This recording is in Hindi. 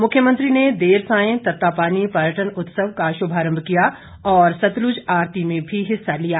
मुख्यमंत्री ने देर सांय तत्तापानी पर्यटन उत्सव का शुभारंभ किया और सतलुज आरती में भी हिस्सा लिया